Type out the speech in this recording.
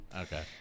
Okay